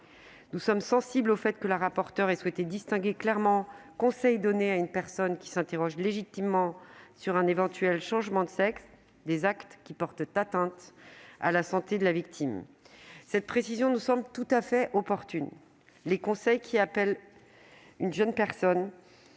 Nous sommes sensibles au fait que la rapporteure ait souhaité distinguer clairement les conseils donnés à une personne qui s'interroge sur un éventuel changement de sexe des actes qui portent atteinte à la santé de la victime. Cette précision nous semble tout à fait opportune : les conseils appelant une jeune personne